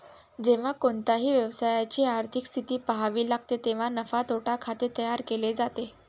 जेव्हा कोणत्याही व्यवसायाची आर्थिक स्थिती पहावी लागते तेव्हा नफा तोटा खाते तयार केले जाते